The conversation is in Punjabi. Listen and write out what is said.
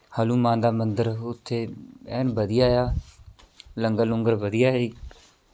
ਹਨੂਮਾਨ ਦਾ ਮੰਦਰ ਉੱਥੇ ਐਨ ਵਧੀਆ ਆ ਲੰਗਰ ਲੁੰਗਰ ਵਧੀਆ ਹੈ